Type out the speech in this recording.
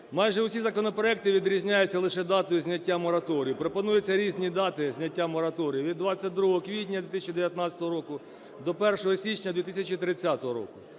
Майже усі законопроекти відрізняються лише датою зняття мораторію. Пропонується різні дати зняття мораторію – від 22 квітня 2019 року до 1 січня 2030 року.